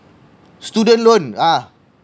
student loan ah